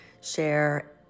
share